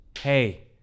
Hey